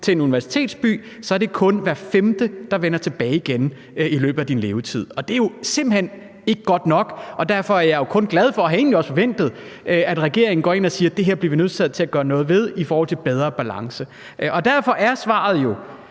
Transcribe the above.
til en universitetsby, er det kun hver femte, der vender tilbage igen i løbet af ens levetid. Det er jo simpelt hen ikke godt nok, og derfor er jeg kun glad for, og jeg havde egentlig også forventet det, at regeringen går ind og siger, at det her er vi nødsaget til at gøre noget ved i forhold til bedre balance. Derfor er spørgsmålet jo: